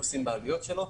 נושאים בעלויות שלו,